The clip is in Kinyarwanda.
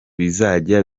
bizajya